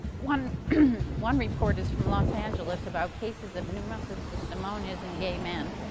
one one report is from los angeles about cases of pneumocystis pneumonias in gay men.